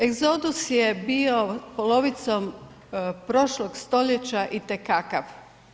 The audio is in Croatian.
Egzodus je bio polovicom prošlog stoljeća i te kakav.